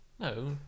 No